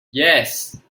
yes